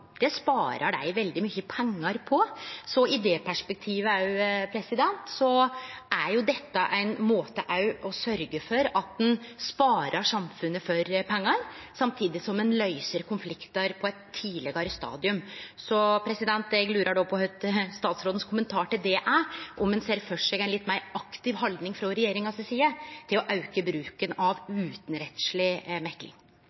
det sparar dei veldig mykje pengar på. Så òg i det perspektivet er dette ein måte å sørgje for at ein sparar samfunnet for pengar, samtidig som ein løyser konfliktar på eit tidlegare stadium. Eg lurar på kva kommentar statsråden har til det – om ein kan sjå for seg ei litt meir aktiv haldning frå regjeringa si side til å auke bruken av